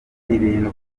ibintu